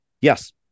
Yes